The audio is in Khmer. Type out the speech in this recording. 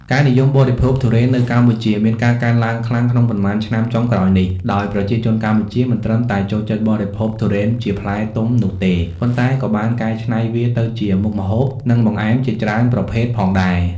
ការនិយមបរិភោគទុរេននៅកម្ពុជាមានការកើនឡើងខ្លាំងក្នុងប៉ុន្មានឆ្នាំចុងក្រោយនេះ ដោយប្រជាជនកម្ពុជាមិនត្រឹមតែចូលចិត្តបរិភោគទុរេនជាផ្លែទុំនោះទេ ប៉ុន្តែក៏បានកែច្នៃវាទៅជាមុខម្ហូប និងបង្អែមជាច្រើនប្រភេទផងដែរ។